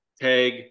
tag